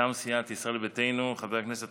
מטעם סיעת ישראל ביתנו, חבר הכנסת